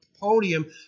Podium